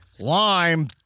Lime